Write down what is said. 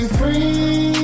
free